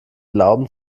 glauben